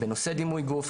בנושא דימוי גוף,